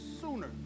sooner